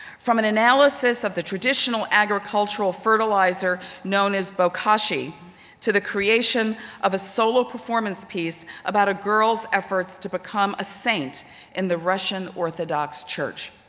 from an analysis of the traditional agricultural fertilizer known as bokashi to the creation of a solo performance piece about a girl's efforts to become a saint in the russian orthodox church.